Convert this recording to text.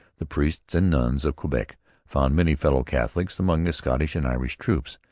the priests and nuns of quebec found many fellow-catholics among the scottish and irish troops,